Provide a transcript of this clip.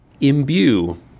imbue